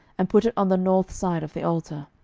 and put it on the north side of the altar.